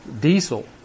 Diesel